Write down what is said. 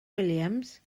williams